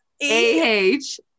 A-H